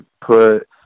put